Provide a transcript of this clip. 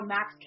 Max